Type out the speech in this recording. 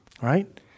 right